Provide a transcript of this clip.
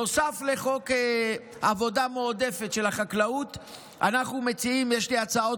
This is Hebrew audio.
נוסף לחוק עבודה מועדפת של החקלאות יש לי הצעות